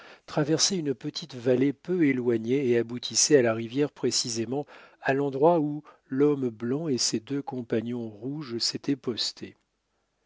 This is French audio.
traversait une petite vallée peu éloignée et aboutissait à la rivière précisément à l'endroit où l'homme blanc et ses deux compagnons rouges s'étaient postés